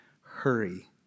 hurry